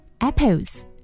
apples